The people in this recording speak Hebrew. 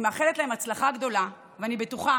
אני מאחלת להם הצלחה גדולה, ואני בטוחה